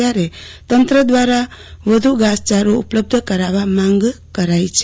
ત્યારે તંત્ર દવારા વધુ ઘાસચારો ઉપલબ્ધ કરાવવા માંગ કરાઈ છે